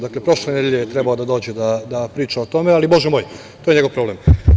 Dakle, prošle nedelje je trebao da dođe da priča o tome, ali, Bože moj, to je njegov problem.